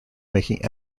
making